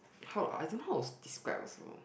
how I don't know how to describe also